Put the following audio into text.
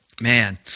Man